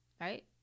right